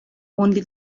only